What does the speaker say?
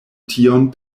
tion